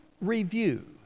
review